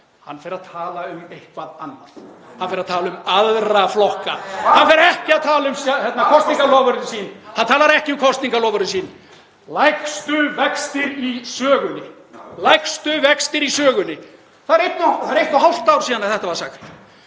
Hann fer að tala um eitthvað annað. Hann fer að tala um aðra flokka. (Gripið fram í.) Hann fer ekki að tala um kosningaloforðin sín, hann talar ekki um kosningaloforðin sín. Lægstu vextir í sögunni. Það er eitt og hálft ár síðan þetta var sagt.